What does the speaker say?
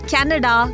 Canada